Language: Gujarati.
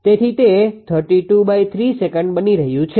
તેથી તે 323 સેકન્ડ બની રહ્યું છે